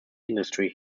industry